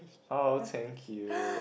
oh thank you